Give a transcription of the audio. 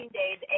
days